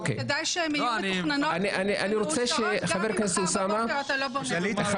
וכדאי שהן יהיו מתוכננות ומאושרות גם אם מחר בבוקר אתה לא בונה.